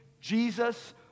Jesus